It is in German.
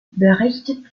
berichtet